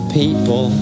people